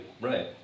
Right